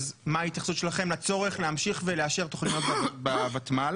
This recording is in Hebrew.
מה ההתייחסות שלכם לצורך להמשיך ולאשר תוכניות בוותמ"ל?